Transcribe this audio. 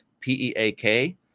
P-E-A-K